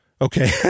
Okay